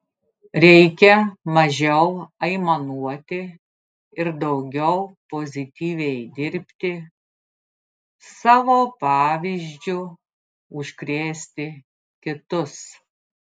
reikia mažiau aimanuoti ir daugiau pozityviai dirbti savo pavyzdžiu užkrėsti kitus